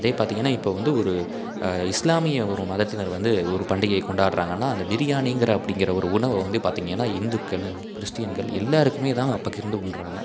அதே பார்த்திங்கன்னா இப்போ வந்து ஒரு இஸ்லாமிய ஒரு மதத்தினர் வந்து ஒரு பண்டிகை கொண்டாடுறாங்கன்னா அந்த பிரியாணிங்கிற அப்படிங்குற ஒரு உணவை வந்து பார்த்திங்கன்னா இந்துக்கள் கிறிஸ்டியன்கள் எல்லாருக்குமேதான் பகிர்ந்து உண்ணுறாங்க